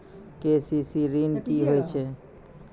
KCC ॠन की होय छै?